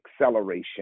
Acceleration